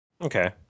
Okay